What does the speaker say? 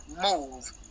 move